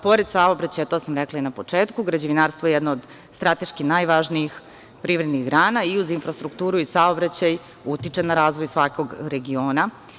Pored saobraćaja, to sam rekla i na početku, građevinarstvo je jedno od strateški najvažniji privrednih grana i uz infrastrukturu i saobraćaj utiče na razvoj svakog regiona.